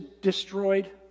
destroyed